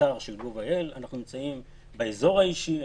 האתר של gov.il, אנחנו נמצאים באזור האישי.